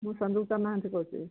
ମୁଁ ସଂଯୁକ୍ତା ମହାନ୍ତି କହୁଛି